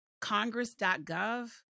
congress.gov